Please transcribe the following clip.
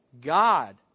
God